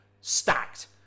stacked